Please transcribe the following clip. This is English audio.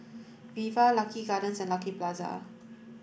Viva Lucky Gardens and Lucky Plaza